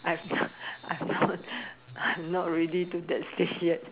I thought I thought I am not ready to that stage yet